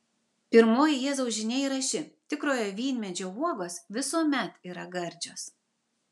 pirmoji jėzaus žinia yra ši tikrojo vynmedžio uogos visuomet yra gardžios